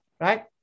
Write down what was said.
right